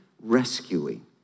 rescuing